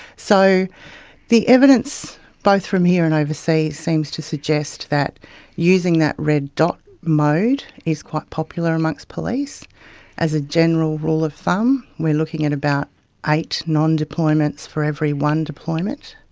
so the evidence both from here and overseas seems to suggest that using that red dot mode is quite popular amongst police as a general rule of thumb, we are looking at about eight non-deployments for every one deployment.